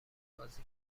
بازی